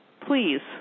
please